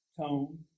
tone